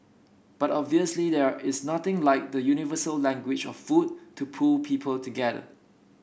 but obviously there is nothing like the universal language of food to pull people together